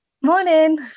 Morning